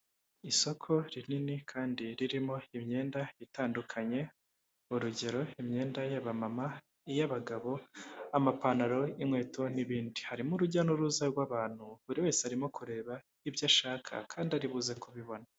Isoko rinini kandi ririmo imyenda itandukanye, urugero imyenda y'abamama, iy'abagabo, amapantaro, inkweto n'ibindi, harimo urujya n'uruza rw'abantu buri wese arimo kureba ibyo ashaka kandi aribuze kubibona.